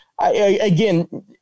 again